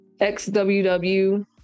XWW